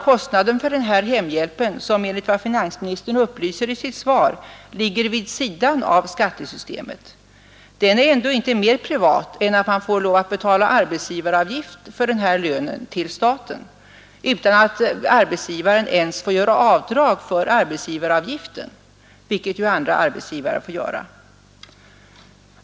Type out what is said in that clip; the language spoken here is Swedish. Kostnaden för den här hemhjälpen, som enligt vad finansministern upplyser om i sitt svar ligger vid sidan av skattesystemet, är ändå inte mer privat än att arbetsgivare får lov att betala arbetsgivaravgift till staten för den här lönen — utan att ens få göra avdrag för arbetsgivaravgiften, vilket andra arbetsgivare får göra.